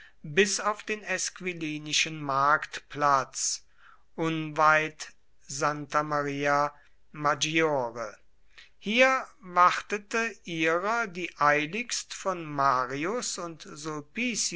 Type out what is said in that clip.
bis auf den esquilinischen marktplatz unweit s maria maggiore hier wartete ihrer die eiligst von marius und